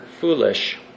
foolish